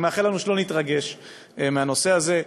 אני מאחל לנו שלא נתרגש מהנושא הזה.